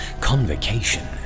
convocation